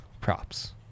props